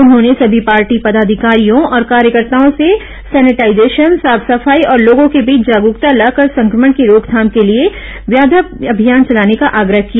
उन्होंने समी पार्टी पदाधिकारियों और कार्यकर्ताओं से सैनिटाइजेशन साफ सफाई और लोगों के बीच जागरूकता लाकर संक्रमण की रोकथाम के लिए व्यापक अभियान चलाने का आग्रह किया